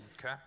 Okay